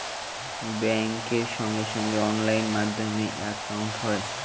ব্যাঙ্কের সঙ্গে সঙ্গে অনলাইন মাধ্যমে একাউন্ট হয়